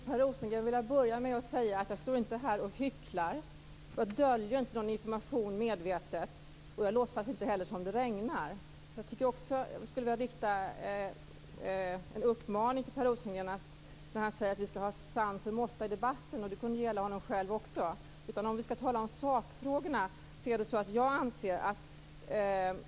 Fru talman! Jag står inte här och hycklar, Per Rosengren. Jag döljer inte medvetet någon information. Jag låtsas inte heller som om det regnar. Per Rosengren säger att vi skall ha sans och måtta i debatten. Det kunde gälla honom också. I sakfrågan anser jag följande.